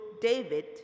David